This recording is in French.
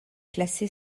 classée